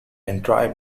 entire